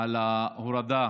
על ההורדה